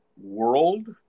world